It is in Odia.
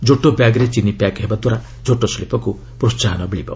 ଝୋଟ ବ୍ୟାଗ୍ରେ ଚିନି ପ୍ୟାକ୍ ହେବା ଦ୍ୱାରା ଝୋଟ ଶିଳ୍ପକୁ ପ୍ରୋହାହନ ମିଳିବ